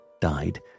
died